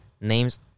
names